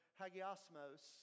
hagiosmos